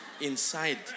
inside